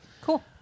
Cool